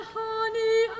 honey